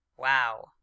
wow